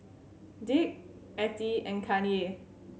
Dick Ettie and Kanye